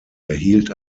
erhielt